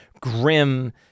grim